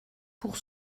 pour